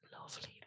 lovely